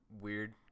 weird